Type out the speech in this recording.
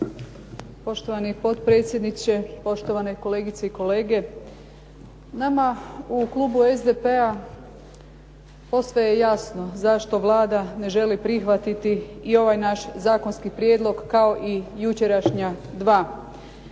Poštovani potpredsjedniče, poštovane kolegice i kolege, nama u Klubu SDP-a posve je jasno zašto Vlada ne želi prihvatiti i ovaj naš zakonski prijedlog kao i jučerašnja dva.